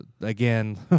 again